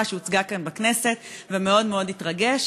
שהוצגה כאן בכנסת ומאוד מאוד התרגש.